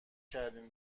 کردین